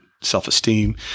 self-esteem